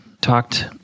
Talked